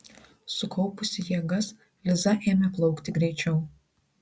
sukaupusi jėgas liza ėmė plaukti greičiau